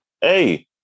hey